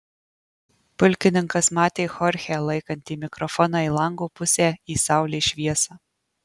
pulkininkas matė chorchę laikantį mikrofoną į lango pusę į saulės šviesą